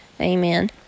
Amen